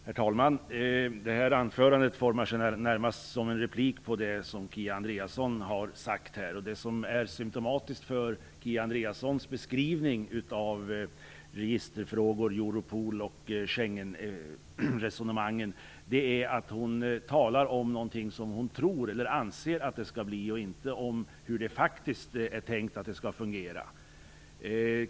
Herr talman! Mitt anförande formar sig närmast till en replik på det som Kia Andreasson har sagt här. Det som är symtomatiskt för Kia Andreassons beskrivning av registerfrågorna, Europol och Schengenresonemangen är att hon talar om hur hon tror eller anser att det skall bli och inte hur det faktiskt är tänkt att det skall fungera.